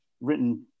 written